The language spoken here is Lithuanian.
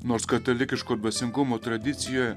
nors katalikiško dvasingumo tradicijoje